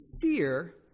fear